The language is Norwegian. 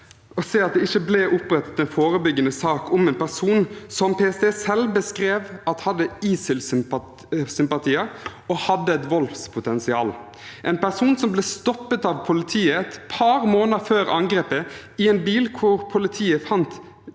det ikke ble opprettet en forebyggende sak om en person som PST selv beskrev hadde ISIL-sympatier og voldspotensial, en person som ble stoppet av politiet et par måneder før angrepet i en bil hvor politiet fant